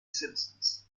simpsons